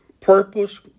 purpose